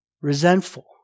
resentful